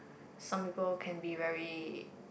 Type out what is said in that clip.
some people can be very